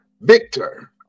Victor